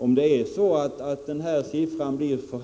Om preliminärskatteuttaget blir för